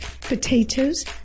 potatoes